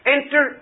Enter